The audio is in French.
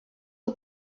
aux